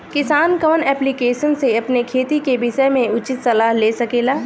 किसान कवन ऐप्लिकेशन से अपने खेती के विषय मे उचित सलाह ले सकेला?